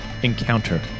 encounter